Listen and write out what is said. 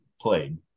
played